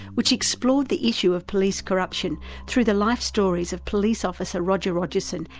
which explored the issue of police corruption through the life stories of police officer roger rogerson,